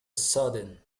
sudden